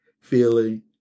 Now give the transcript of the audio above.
feeling